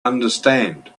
understand